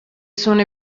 sono